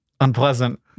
unpleasant